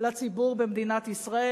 לציבור במדינת ישראל.